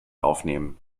aufnehmen